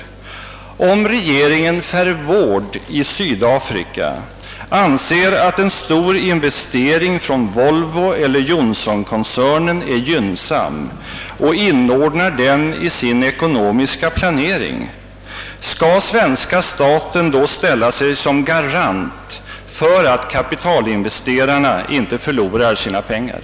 Skall den 'svenska staten, om regeringen i Sydafrika anser att en stor investering av Volvoeller Johnsonkoncernen är gynnsam och därför inordnar den i sin ekonomiska planering, ställa sig som garant för att kapitalinvesterarna inte förlorar sina pengar?